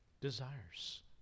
desires